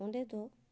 ᱚᱸᱰᱮ ᱫᱚ